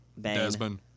Desmond